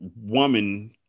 woman